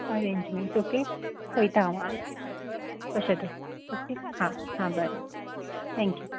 arrangements okay पळयतां हांव आं कशें तें ओके हां हां बरें थँक्यू